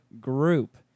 group